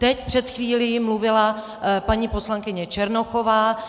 Teď před chvílí mluvila paní poslankyně Černochová.